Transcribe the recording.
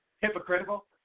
hypocritical